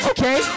Okay